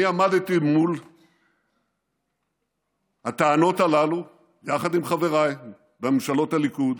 אני עמדתי מול הטענות הללו יחד עם חבריי בממשלות הליכוד